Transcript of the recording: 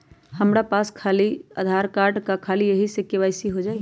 हमरा पास खाली आधार कार्ड है, का ख़ाली यही से के.वाई.सी हो जाइ?